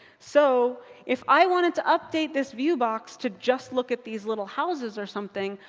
so if i wanted to update this viewbox to just look at these little houses or something,